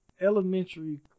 elementary